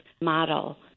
model